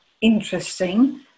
interesting